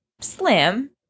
slim